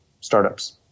startups